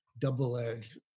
double-edged